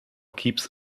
keeps